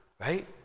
right